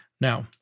Now